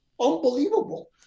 unbelievable